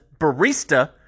barista